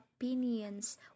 opinions